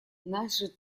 наши